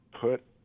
put